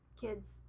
kids